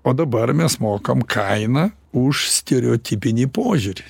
o dabar mes mokam kainą už stereotipinį požiūrį